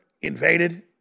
invaded